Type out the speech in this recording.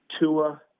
Tua